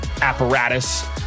Apparatus